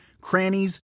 crannies